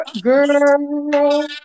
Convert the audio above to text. girl